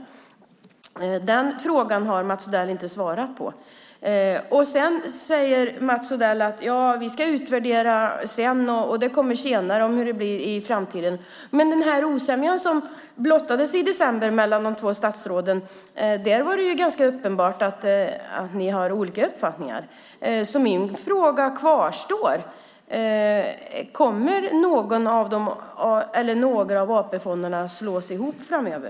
Den frågan har Mats Odell inte svarat på. Sedan säger Mats Odell att ni ska utvärdera och att det visar sig senare hur det blir i framtiden. Men med den osämja som blottades i december mellan de två statsråden var det ganska uppenbart att de har olika uppfattningar. Min fråga kvarstår: Kommer några av AP-fonderna att slås ihop framöver?